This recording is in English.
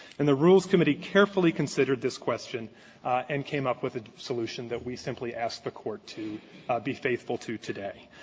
and the rules committee carefully considered this question and came up with a solution that we simply ask the court to be faithful to today.